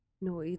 No